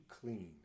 clean